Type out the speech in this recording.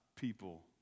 people